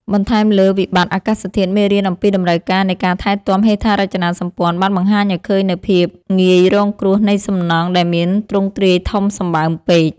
បន្ថែមលើវិបត្តិអាកាសធាតុ មេរៀនអំពីតម្រូវការនៃការថែទាំហេដ្ឋារចនាសម្ព័ន្ធ បានបង្ហាញឱ្យឃើញនូវភាពងាយរងគ្រោះនៃសំណង់ដែលមានទ្រង់ទ្រាយធំសម្បើមពេក។